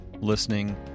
listening